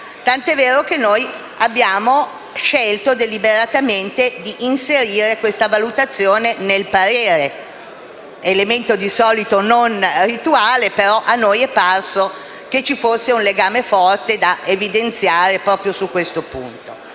tant'è vero che abbiamo scelto deliberatamente di inserire questa valutazione nel parere: elemento di solito non rituale, ma a noi è parso che ci fosse un legame forte da evidenziare proprio su questo punto.